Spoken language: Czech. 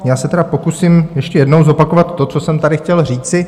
Já se tedy pokusím ještě jednou zopakovat to, co jsem tady chtěl říci.